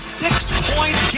six-point